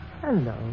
Hello